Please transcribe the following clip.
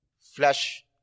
flash